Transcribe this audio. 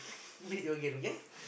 meet again okay